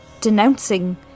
denouncing